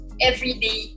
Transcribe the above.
everyday